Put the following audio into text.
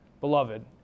beloved